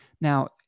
Now